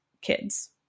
kids